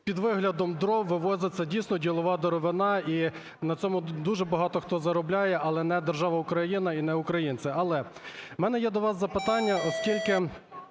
під виглядом дров вивозиться, дійсно, ділова деревина, і на цьому дуже багато хто заробляє, але не держава Україна і не українці. Але в мене є до вас запитання. Оскільки,